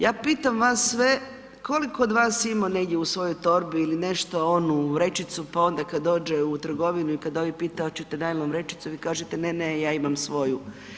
Ja pitam vas sve koliko od vas ima negdje u svojoj torbi ili nešto onu vrećicu pa onda kad dođe u trgovinu i kad ovi pita hoćete najlon vrećicu vi kažete ne, ne ja imam svoju.